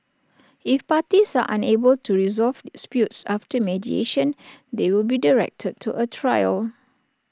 if parties are unable to resolve disputes after mediation they will be directed to A trial